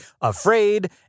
afraid